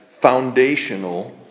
foundational